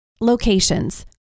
Locations